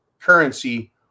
currency